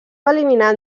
eliminat